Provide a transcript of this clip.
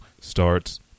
starts